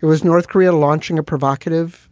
it was north korea launching a provocative